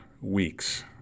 weeks